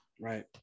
right